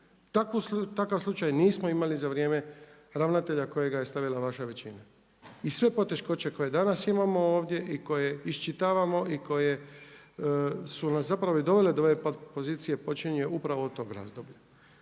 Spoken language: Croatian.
Takav slučaj nismo imali za vrijeme ravnatelja kojega je stavila vaša većina. I sve poteškoće koje danas imamo ovdje i koje iščitavamo i koje su nas zapravo i dovele do ove pozicije počinje upravo od toga razdoblja.